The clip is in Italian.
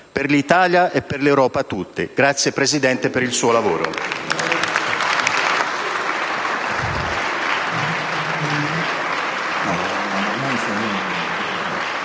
per l'Italia e per l'Europa tutta. Grazie, presidente Letta, per il suo lavoro.